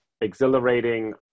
exhilarating